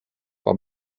war